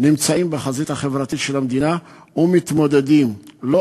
נמצאים בחזית החברתית של המדינה ומתמודדים לא